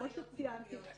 כמו שציינתי,